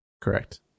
Correct